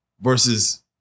versus